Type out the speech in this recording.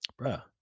bruh